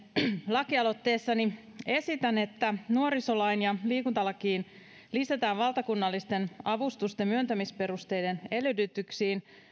lakialoitteessani esitän että nuorisolakiin ja liikuntalakiin lisätään valtakunnallisten avustusten myöntämisperusteiden edellytyksiin